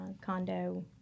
condo